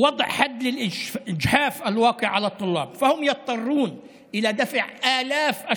שמה קץ לעושק של הסטודנטים, שנאלצים לשלם אלפי